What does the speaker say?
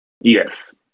Yes